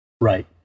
Right